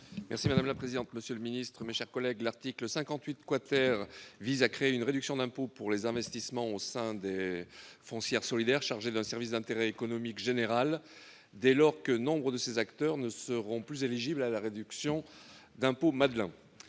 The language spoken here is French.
est ainsi libellé : La parole est à M. Éric Jeansannetas. L'article 58 vise à créer une réduction d'impôt pour les investissements au sein des foncières solidaires chargées d'un service d'intérêt économique général, dès lors que nombre de ces acteurs ne seront plus éligibles à la réduction d'impôt Madelin.